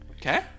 Okay